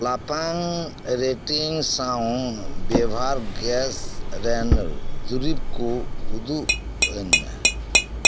ᱞᱟᱯᱷᱟᱝ ᱨᱮᱴᱤᱝ ᱥᱟᱶ ᱵᱮᱵᱷᱟᱨ ᱜᱮᱥ ᱨᱮᱱ ᱫᱩᱨᱤᱵ ᱠᱚ ᱩᱫᱩᱜ ᱟᱹᱧᱢᱮ